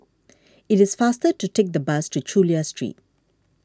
it is faster to take the bus to Chulia Street